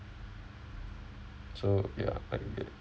so ya